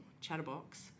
chatterbox